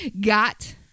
got